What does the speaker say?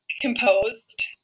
composed